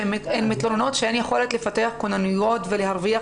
הן מתלוננות שאין יכולת לפתח כוננויות ולהרוויח